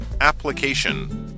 Application